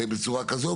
בצורה כזו,